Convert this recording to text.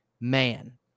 man